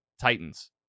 Titans